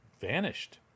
vanished